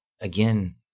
again